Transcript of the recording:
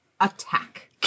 attack